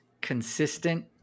consistent